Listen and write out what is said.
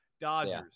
dodgers